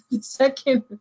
second